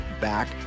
back